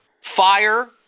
Fire